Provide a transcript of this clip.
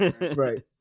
Right